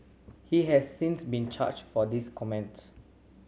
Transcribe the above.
he has since been charged for this comments